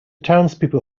townspeople